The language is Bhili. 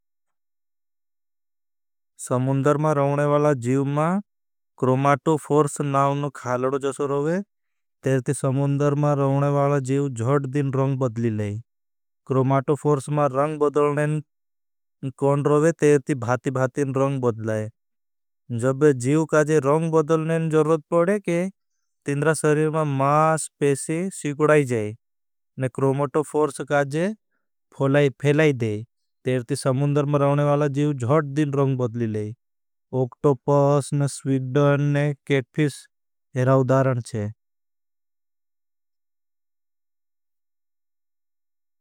समुन्दर मा राउने वाला जीव मा क्रोमाटो फोर्स नावनो खालड़ो जसर होगे। तेरे ती समुन्दर मा राउने वाला जीव जध दिन रंग बदली लेगे। क्रोमाटो फोर्स मा रंग बदलने न कोण रोगे तेरे ती भाती भाती न रंग बदलाए। जब जीव का जे रंग बदलने न ज़रूरत पढ़े के तिंद्रा सरीर मा मा स्पेशी सिकड़ाई जाए। न क्रोमाटो फोर्स का जे फेलाई देए तेरे ती समुन्दर मा राउने वाला जीव जध दिन रंग बदली लेगे। ओक्टो पर्स न स्विक्ड़ ने केट फिश एराउदारन छे।